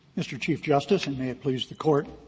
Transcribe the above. mr. chief justice, and may it please the court